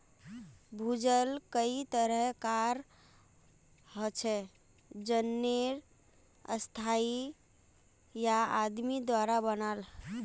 भूजल कई तरह कार हछेक जेन्ने स्थाई या आदमी द्वारा बनाल